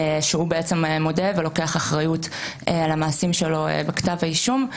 שהוא בעצם מודה ולוקח אחריות על המעשים שלו בכתב האישום.